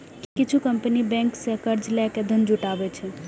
किछु company bank सं कर्ज लए के धन जुटाबै छै